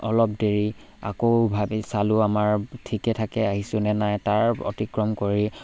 অলপ দেৰি আকৌ ভাবি চালোঁ আমাৰ ঠিকে থাকে আহিছো নে নাই তাৰ অতিক্ৰম কৰি